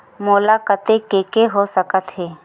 मोला कतेक के के हो सकत हे?